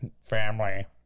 Family